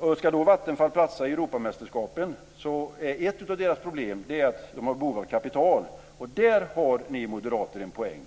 Ett av Vattenfalls problem när det gäller att platsa i Europamästerskapen är att man har behov av kapital, och där har ni moderater en poäng.